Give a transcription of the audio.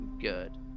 good